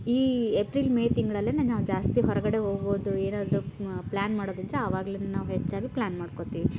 ಈ April May ತಿಂಗಳಲ್ಲಿನೇ ನಾವು ಜಾಸ್ತಿ ಹೊರಗಡೆ ಹೋಗೋದು ಏನಾದರೂ ಪ್ಲಾನ್ ಮಾಡೋದಂದರೆ ಆವಾಗಲೇ ನಾವು ಹೆಚ್ಚಾಗಿ ಪ್ಲಾನ್ ಮಾಡ್ಕೋತೀವಿ